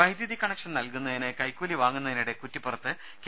വൈദ്യുതി കണക്ഷൻ നൽകുന്നതിന് കൈക്കൂലി വാങ്ങുന്നതിനിടെ കുറ്റി പ്പുറത്ത് കെ